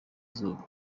izuba